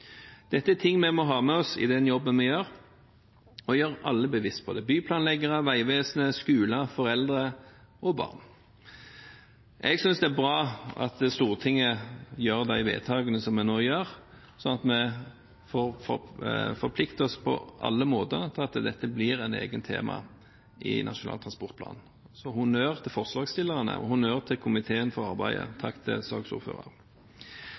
Dette er ting vi må ha med oss i den jobben vi gjør, og vi må gjøre alle bevisst på det: byplanleggere, Vegvesenet, skoler, foreldre og barn. Jeg synes det er bra at Stortinget gjør de vedtakene de nå gjør, sånn at vi på alle måter forplikter oss til at dette blir et eget tema i Nasjonal transportplan. Så jeg vil gi honnør til forslagsstillerne og til komiteen for arbeidet, og takk til